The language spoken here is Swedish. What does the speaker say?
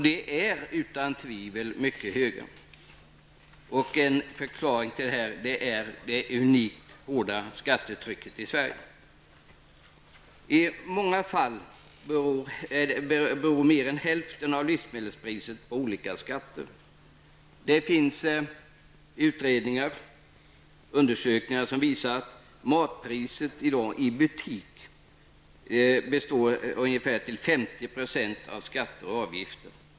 De är utan tvivel mycket höga. En förklaring till detta är det unikt hårda skattetrycket i Sverige. I många fall beror mer än hälften av livsmedelspriset på olika skatter. Gjorda utredningar och undersökningar visar att matpriset i dag i butik till ungefär 50 % består av skatter och avgifter.